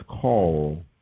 call